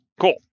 Cool